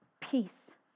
peace